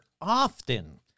often